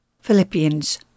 Philippians